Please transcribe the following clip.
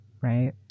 right